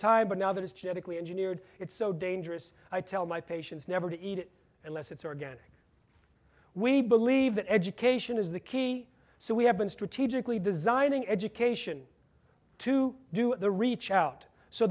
time but now that is genetically engineered it's so dangerous i tell my patients never to eat it unless it's organic we believe that education is the key so we have been strategically designing education to do the reach out so